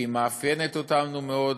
והיא מאפיינת אותנו מאוד,